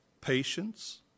patience